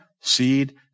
seed